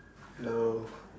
hello